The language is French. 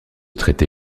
traité